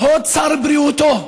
הוד שר בריאותו,